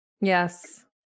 Yes